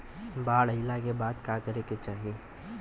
बाढ़ आइला के बाद का करे के चाही?